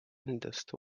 endast